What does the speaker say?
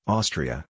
Austria